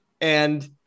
and-